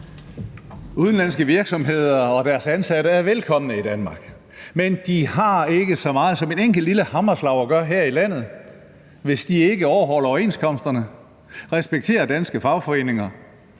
Udenlandske virksomheder og deres ansatte er velkomne i Danmark, men de har ikke så meget som et enkelt lille hammerslag at gøre her i landet, hvis de ikke overholder overenskomsterne, respekterer danske fagforeninger,